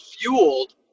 fueled